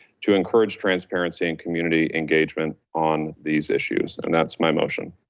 to encourage transparency and community engagement on these issues. and that's my motion.